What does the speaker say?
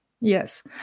Yes